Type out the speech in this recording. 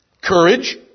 courage